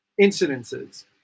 incidences